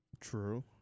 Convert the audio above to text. True